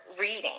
reading